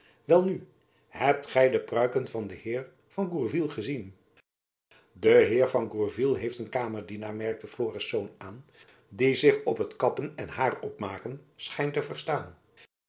welnu hebt gy de pruiken van den heer de gourville gezien de heer de gourville heeft een kamerdienaar merkte florisz aan die zich op t kappen en hair opmaken schijnt te verstaan